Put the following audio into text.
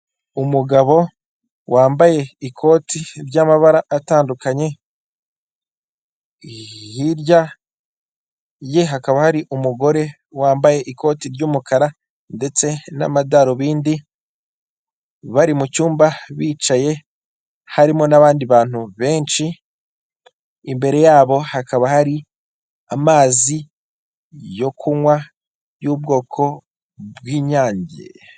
Umugabo wambaye ikoti ry'amabara atandukanye hirya ye hakaba hari umugore wambaye ikoti ry'umukara ndetse n'amadarubindi bari mu cyumba bicaye harimo n'abandi bantu benshi, imbere yabo hakaba hari amazi yo kunywa y'ubwoko bw'Inyange.